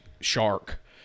shark